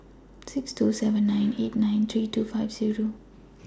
six two seven nine eight nine three two five Zero